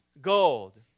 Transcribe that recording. gold